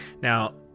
Now